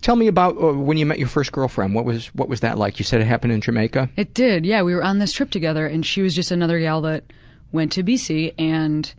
tell me about when you met your first girlfriend, what was what was that like? you said it happened in jamaica? it did, yeah. we were on this trip together and she was just another gal that went to bc and